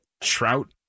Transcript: Trout